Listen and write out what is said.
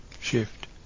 shift